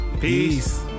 Peace